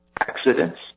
accidents